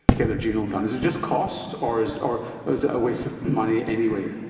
get their genome done? is it just cost, or is or ah is it a waste of money anyway?